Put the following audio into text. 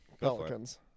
Pelicans